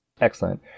Excellent